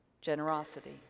generosity